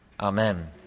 Amen